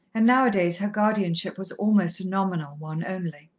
and now-a-days her guardianship was almost a nominal one only.